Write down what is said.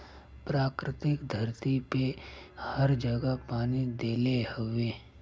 प्रकृति धरती पे हर जगह पानी देले हउवे